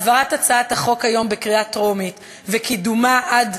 העברת הצעת החוק היום בקריאה טרומית וקידומה עד